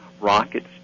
rockets